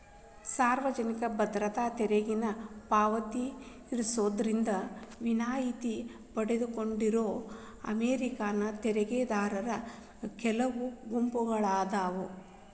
ಸಾಮಾಜಿಕ ಭದ್ರತಾ ತೆರಿಗೆನ ಪಾವತಿಸೋದ್ರಿಂದ ವಿನಾಯಿತಿ ಪಡ್ಕೊಂಡಿರೋ ಅಮೇರಿಕನ್ ತೆರಿಗೆದಾರರ ಕೆಲವು ಗುಂಪುಗಳಾದಾವ